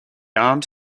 arms